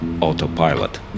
autopilot